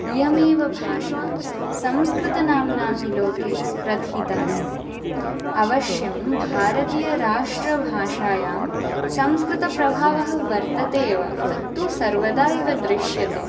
इयमेव भाषा संस्कृतनाम्नापि लोके प्रतिथा अस्ति अवश्यं भारतीयराष्ट्रभाषायां संस्कृतप्रभावः वर्तते एव तद् तु सर्वदा एव दृश्यते